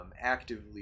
actively